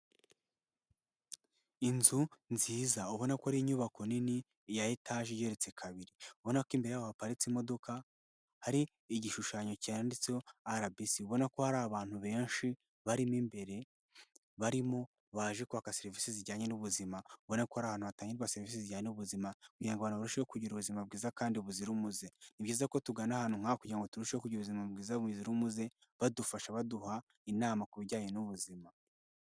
Inzu nziza ubona ko ari inyubako nini ya etaje igeretse kabiri, ubona ko imbere haparitse imodoka hari igishushanyo cyanditseho RBC ubona ko hari abantu benshi barimo imbere barimo baje kwaka serivisi zijyanye n'ubuzima, ubona ko ari ahantu hatangirwa serivisi zijyanjye n'ubuzima kugira ngo babashe kugira ubuzima bwiza kandi buzira umuze. Ni byiza ko tugana ahantu nka kugira ngo turushe kugira ubuzima bwiza buzira umuze, badufasha baduha inama ku bijyanye n'ubuzima.